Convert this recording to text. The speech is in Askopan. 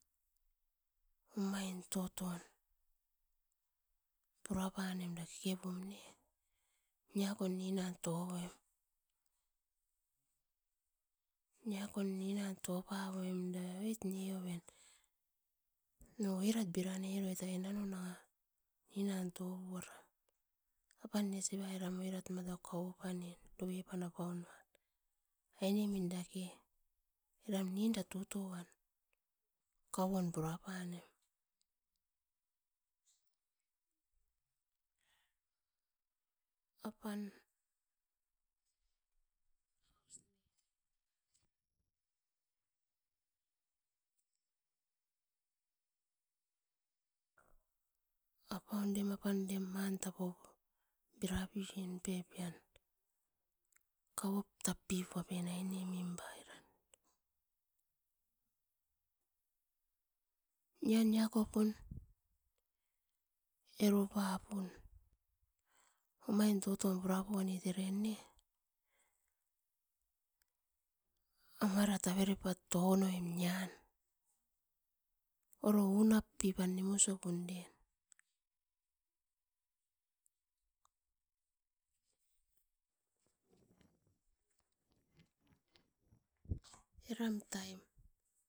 Omain toton pura panem da keke pum niakon ninan tovoim. Niakon ninan topa voim da oit neoven. No oirat bira neroit aine min no nanga ninan topuaram. Apan nesivai oirat kau opane doven apaun nuan, ainemin dake eram ninda tutoan kauon pura panem. Apan orem tapo bira pian pep, kouop pitaven aine minivai ran oiran niakokon eru papun omain toton pura ponie ne, amariat tonoim nian-oro unapipam niumus sopun eram taim.